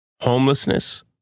homelessness